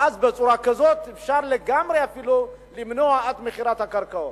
ואז בצורה כזאת אפשר לגמרי אפילו למנוע מכירת קרקעות.